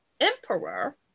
Emperor